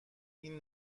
این